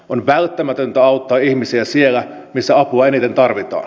on välttämätöntä auttaa ihmisiä siellä missä apua eniten tarvitaan